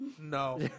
No